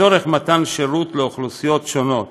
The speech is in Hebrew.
לצורך מתן שירות לקבוצות אוכלוסייה שונות